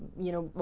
you know,